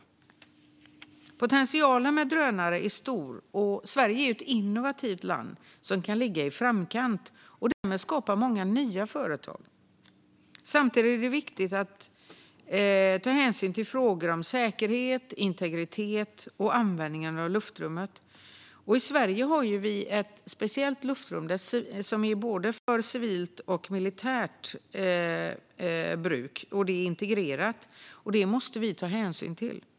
En drönarstrategiför Europa Potentialen för drönare är stor, och Sverige är ett innovativt land som kan ligga i framkant och skapa många nya företag. Samtidigt är det viktigt att beakta frågor om säkerhet, integritet och användningen av luftrummet. I Sverige har vi ett civil-militärt integrerat luftrum som vi måste ta hänsyn till.